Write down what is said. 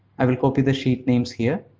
i will copy the sheet names here.